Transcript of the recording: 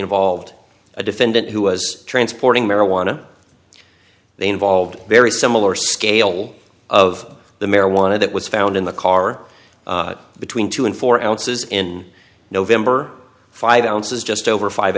involved a defendant who was transporting marijuana they involved very similar scale of the marijuana that was found in the car between two and four ounces in november five ounces just over five